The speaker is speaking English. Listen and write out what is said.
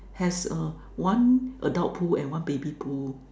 has uh one adult pool and one baby pool